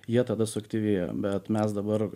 jie tada suaktyvėja bet mes dabar